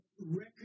record